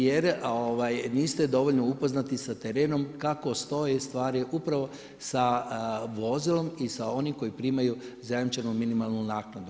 Jer niste dovoljno upoznati sa terenom kako stoje stvari upravo sa vozilom i sa onim koji primaju zajamčenu minimalnu naknadu.